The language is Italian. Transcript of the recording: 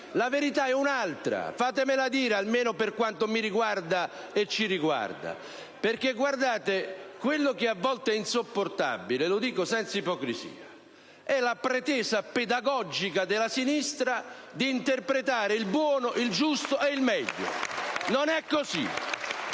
La verità è un'altra, e fatemela dire, almeno per quanto mi riguarda e ci riguarda. Guardate, quello che a volte è insopportabile - e lo dico senza ipocrisia - è la pretesa pedagogica della sinistra di interpretare il buono, il giusto e il meglio. Non è così!